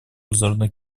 обзорной